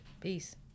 Peace